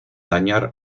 dañar